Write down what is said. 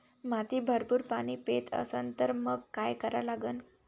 माती भरपूर पाणी पेत असन तर मंग काय करा लागन?